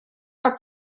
под